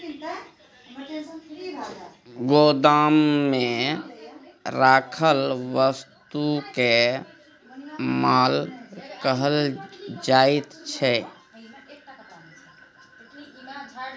गोदाममे राखल वस्तुकेँ माल कहल जाइत छै